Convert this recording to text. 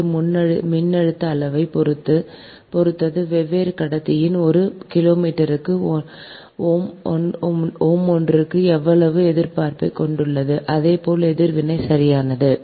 இது மின்னழுத்த அளவைப் பொறுத்தது வெவ்வேறு கடத்திகள் ஒரு கிலோமீட்டருக்கு ஓம் ஒன்றுக்கு வெவ்வேறு எதிர்ப்பைக் கொண்டுள்ளன அதே போல் எதிர்வினை சரியானது